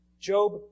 Job